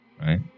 right